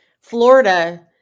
florida